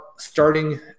starting